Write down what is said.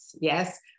Yes